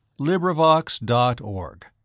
LibriVox.org